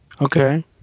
Okay